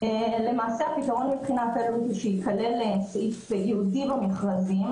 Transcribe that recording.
הפתרון מבחינת אלו"ט הוא שייכלל סעיף ייעודי במכרזים